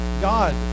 God